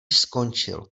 skončil